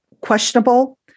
questionable